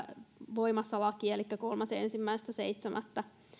voimassa elikkä kolmaskymmenesensimmäinen seitsemättä